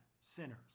sinners